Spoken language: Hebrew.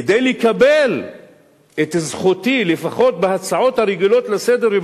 כדי לקבל את זכותי לפחות בהצעות הרגילות לסדר-היום,